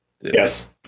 Yes